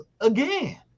again